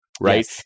Right